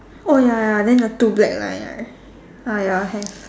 oh ya then the two black line right ah ya have